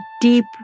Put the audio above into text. deep